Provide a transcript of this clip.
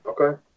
Okay